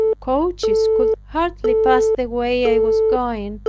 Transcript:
coaches could hardly pass the way i was going,